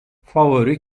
favori